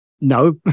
no